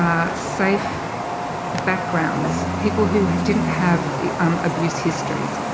um safe backgrounds, people who didn't have um abuse histories,